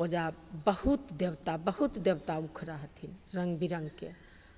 ओहिजाँ बहुत देवता बहुत देवता उखड़ै हथिन रङ्गबिरङ्गके